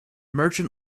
merchant